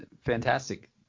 fantastic